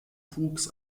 wuchs